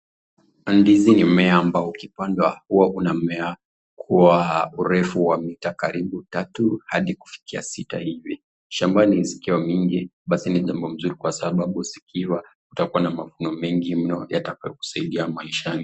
Ndizi ni mimea ambao ukipandwa huwa unamea kwa urefu wa mita karibu tatu, hadi kufikia sita hivi. Shambani zikiwa mingi basi ni jambo mzuri kwa sababu zikiiva utakuwa na mavuno mengi mno yatakayo kusaidia maishani.